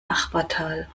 nachbartal